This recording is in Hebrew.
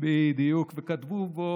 וכתבו בו,